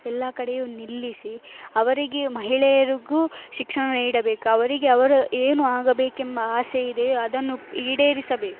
ಎಲ್ಲ ಕಡೆಯು ನಿಲ್ಲಿಸಿ ಅವರಿಗೆ ಮಹಿಳೆಯರಿಗೂ ಶಿಕ್ಷಣ ನೀಡಬೇಕು ಅವರಿಗೆ ಅವರು ಏನು ಆಗಬೇಕೆಂಬ ಆಸೆ ಇದೆ ಅದನ್ನು ಈಡೇರಿಸಬೇಕು